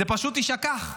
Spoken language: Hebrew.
זה פשוט יישכח.